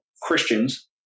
Christians